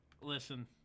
listen